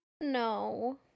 No